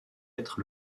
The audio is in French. être